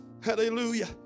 Hallelujah